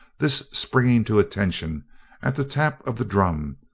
this springing to attention at the tap of the drum,